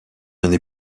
année